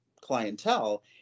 clientele